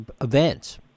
events